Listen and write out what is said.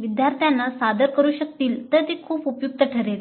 विद्यार्थ्यांना सादर करू शकतील तर ते खूप उपयुक्त ठरेल